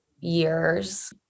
years